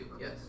Yes